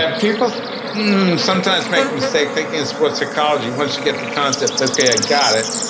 ah people sometimes make a mistake thinking in sport psychology, once you get the concept, okay, i got it.